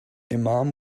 imam